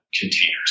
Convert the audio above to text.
containers